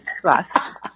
trust